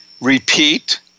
repeat